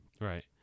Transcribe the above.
right